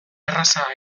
erraza